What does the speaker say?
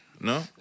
No